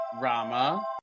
Rama